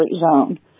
zone